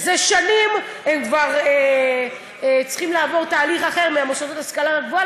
זה שנים שהן כבר צריכות לעבור תהליך אחר מהמוסדות להשכלה גבוהה,